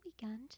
weekend